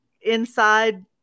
inside